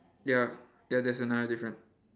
ya ya there's another difference